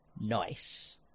Nice